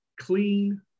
clean